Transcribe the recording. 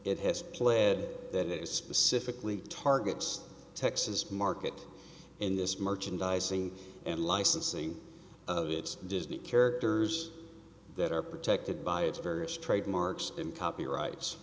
it has pled that it is specifically targets texas market in this merchandising and licensing of its disney characters that are protected by its various trademarks and copyrights